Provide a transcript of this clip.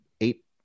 eight